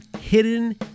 Hidden